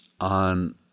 on